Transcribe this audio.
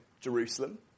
Jerusalem